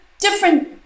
different